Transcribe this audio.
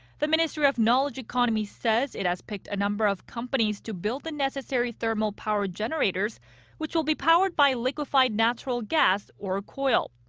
the ministry of knowledge economy says it has picked a number of companies to build the necessary thermal power generators which will be powered by liquefied natural gas or coal.